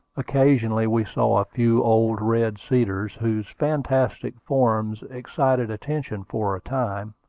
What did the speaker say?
occasionally we saw a few old red cedars, whose fantastic forms excited attention for a time,